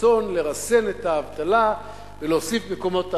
הרצון לרסן את האבטלה ולהוסיף מקומות תעסוקה.